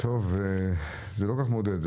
זה לא כל כך מעודד.